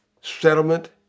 settlement